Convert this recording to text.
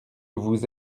vous